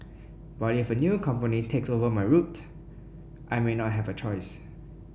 but if a new company takes over my route I may not have a choice